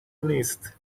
نیست